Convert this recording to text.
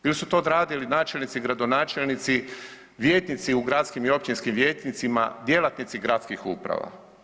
Il su to odradili načelnici i gradonačelnici, vijećnici u gradskim i općinskim vijećnicima, djelatnici gradskim uprava?